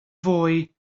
fwy